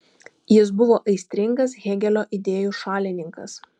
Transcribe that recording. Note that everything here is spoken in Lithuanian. jis buvo aistringas hėgelio idėjų šalininkas